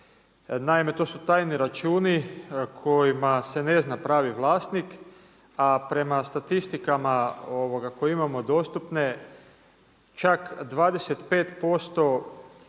Naime to su tajni računi kojima se ne zna pravi vlasnik a prema statistikama koje imamo dostupne čak 25% dionica u